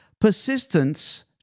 Persistence